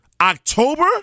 October